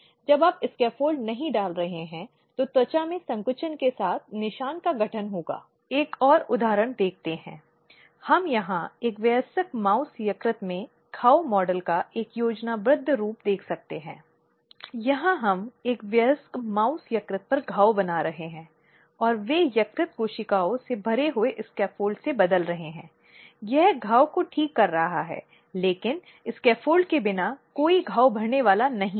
अब यह भी निर्धारित करने के लिए कि शिकायतकर्ता के साथ साथ अन्य गवाह से अनौपचारिक रूप से बात करना महत्वपूर्ण हो सकता है इसलिए इस प्रारंभिक जांच में यह बहुत महत्वपूर्ण है कि इस मुद्दे का प्रारंभिक निर्धारण होना चाहिए कि क्या इसके साथ आगे बढ़ना है या इसके साथ आगे नहीं बढ़ना है